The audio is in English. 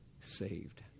saved